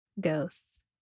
ghosts